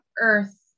earth